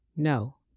No